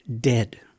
dead